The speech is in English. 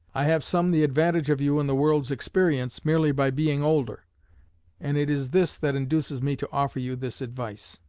i have some the advantage of you in the world's experience, merely by being older and it is this that induces me to offer you this advice.